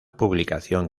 publicación